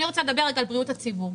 אני רוצה לדבר רגע על בריאות הציבור,